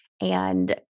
and-